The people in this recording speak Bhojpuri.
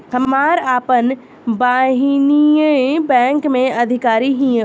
हमार आपन बहिनीई बैक में अधिकारी हिअ